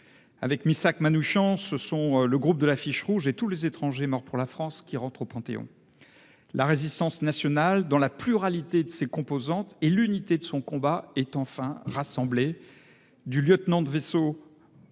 Avec Missak Manouchian, ce sont le groupe de l'Affiche rouge et tous les étrangers morts pour la France qui entrent au Panthéon. La Résistance nationale, dans la pluralité de ses composantes et l'unité de son combat, est enfin rassemblée, du lieutenant de vaisseau